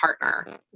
partner